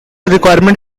requirement